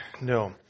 no